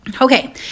Okay